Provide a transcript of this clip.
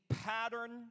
pattern